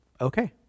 okay